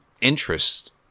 interest